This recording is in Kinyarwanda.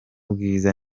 bwiza